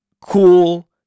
cool